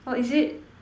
orh is it